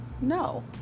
no